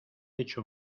hecho